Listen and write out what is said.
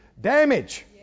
damage